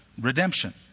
Redemption